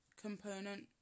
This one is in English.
component